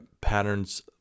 patterns